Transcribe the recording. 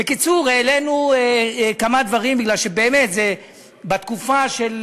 בקיצור, העלינו כמה דברים, מפני שבאמת, בתקופה של